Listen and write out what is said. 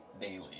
Daily